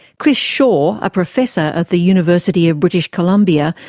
chris shaw, a professor at the university of british columbia,